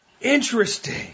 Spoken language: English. Interesting